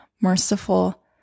merciful